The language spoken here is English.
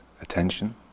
attention